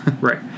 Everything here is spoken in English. Right